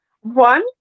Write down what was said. one